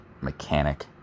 mechanic